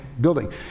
building